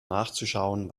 nachzuschauen